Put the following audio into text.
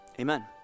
amen